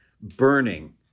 burning